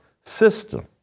system